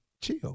chill